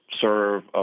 serve